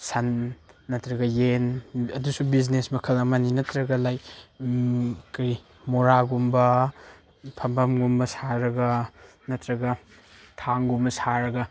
ꯁꯟ ꯅꯠꯇ꯭ꯔꯒ ꯌꯦꯟ ꯑꯗꯨꯁꯨ ꯕꯤꯖꯤꯅꯦꯁ ꯃꯈꯜ ꯑꯃꯅꯤ ꯅꯠꯇ꯭ꯔꯒ ꯂꯥꯏꯛ ꯀꯔꯤ ꯃꯣꯔꯥꯒꯨꯝꯕ ꯐꯝꯕꯝꯒꯨꯝꯕ ꯁꯥꯔꯒ ꯅꯠꯇ꯭ꯔꯒ ꯊꯥꯡꯒꯨꯝꯕ ꯁꯥꯔꯒ